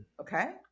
okay